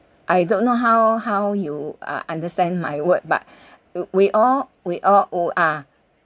I don't know how how you uh understand my word but ugh we all we all owe uh